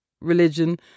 religion